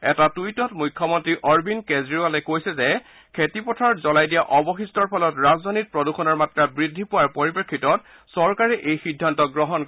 এটা টুইটত মুখ্যমন্ত্ৰী অৰবিন্দ কেজৰিৱালে কৈছে যে খেতিপথাৰত জলাই দিয়া অৱশিষ্টৰ ফলত ৰাজধানীত প্ৰদুষণৰ মাত্ৰা বৃদ্ধি পোৱাৰ পৰিপ্ৰেক্ষিতত চৰকাৰে এই সিদ্ধান্ত গ্ৰহণ কৰে